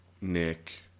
Nick